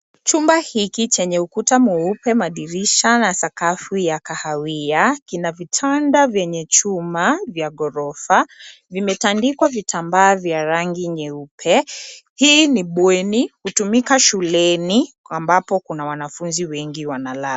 Chumba hiki chenye ukuta mweupe, madirisha na sakafu ya kahawia, kina vitanda vyenye chuma vya ghorofa, vimetandikwa vitambaa vya rangi nyeupe. Hii ni bweni hutumika shuleni ambapo kuna wanafunzi wengi wanalala.